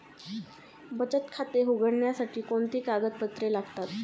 बचत खाते उघडण्यासाठी कोणती कागदपत्रे लागतात?